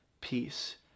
peace